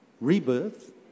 rebirth